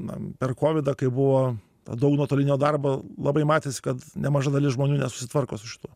na per kovidą kai buvo daug nuotolinio darbo labai matėsi kad nemaža dalis žmonių nesusitvarko su šituo